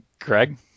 Greg